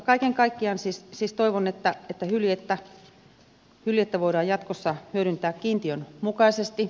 kaiken kaikkiaan siis toivon että hyljettä voidaan jatkossa hyödyntää kiintiön mukaisesti